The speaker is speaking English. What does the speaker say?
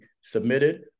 submitted